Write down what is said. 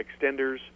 extenders